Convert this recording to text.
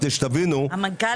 כדי שתבינו --- המנכ"ל פה.